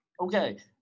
Okay